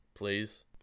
Please